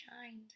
shined